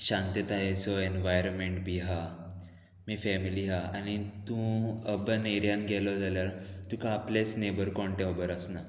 शांततायेचो environment बी आहा मागीर फॅमिली आहा आनी तूं अर्बन एरियान गेलो जाल्यार तुका आपलेच नेबर कोण तें खोबोर आसना